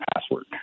password